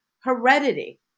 heredity